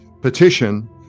petition